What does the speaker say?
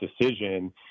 decision